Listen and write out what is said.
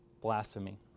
blasphemy